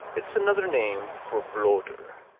it's another name for bloder,